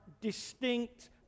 distinct